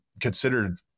considered